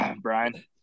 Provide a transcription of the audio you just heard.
brian